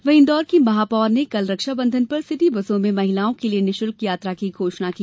वहीं इंदौर की महापौर ने कल रक्षा बंधन पर सिटी बसों में महिलाओं के लिये निशुल्क यात्रा की घोषणा की